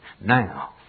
now